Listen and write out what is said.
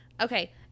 okay